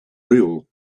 rule